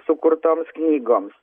sukurtoms knygoms